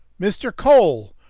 mr. cole!